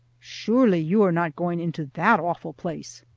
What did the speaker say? surely, you are not going into that awful place.